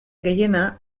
gehiena